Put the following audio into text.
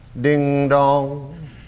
Ding-dong